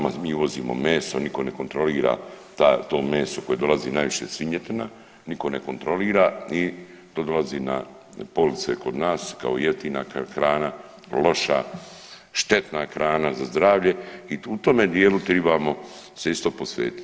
Mi uvozimo meso, nitko ne kontrolira to meso koje dolazi najviše svinjetina, nitko ne kontrolira i to dolazi na police kod nas kao jeftina hrana, loša, štetna hrana za zdravlje i u tome dijelu tribamo se isto posvetiti.